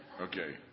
Okay